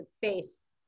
face